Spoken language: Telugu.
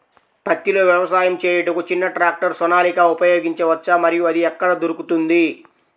పత్తిలో వ్యవసాయము చేయుటకు చిన్న ట్రాక్టర్ సోనాలిక ఉపయోగించవచ్చా మరియు అది ఎక్కడ దొరుకుతుంది?